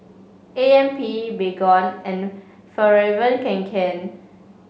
A M P Baygon and Fjallraven Kanken